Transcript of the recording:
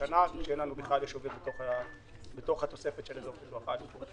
השנה כשאין לנו בכלל יישובים בתוך התוספת של אזור פיתוח א'.